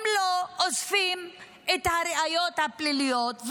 הם לא אוספים את הראיות הפליליות,